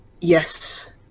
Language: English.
yes